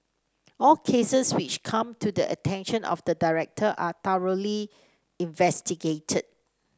all cases which come to the attention of the director are thoroughly investigated